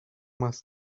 más